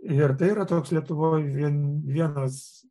ir tai yra toks lietuvoje vien vienas